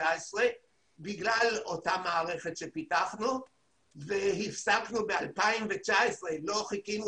בגלל אותה מערכת שפיתחנו וב-2019 הפסקנו לא חיכינו